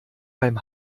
beim